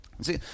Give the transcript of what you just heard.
See